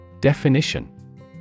Definition